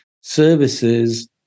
services